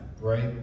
right